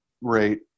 rate